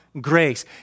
grace